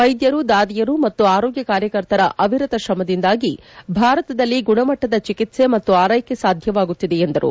ವೈದ್ಯರು ದಾದಿಯರು ಮತ್ತು ಆರೋಗ್ಯ ಕಾರ್ಯಕರ್ತರ ಅವಿರತ ಶ್ರಮದಿಂದಾಗಿ ಭಾರತದಲ್ಲಿ ಗುಣಮಟ್ಟದ ಚಿಕಿತ್ಸೆ ಮತ್ತು ಆರೈಕೆ ಸಾಧ್ಯವಾಗುತ್ತಿದೆ ಎಂದರು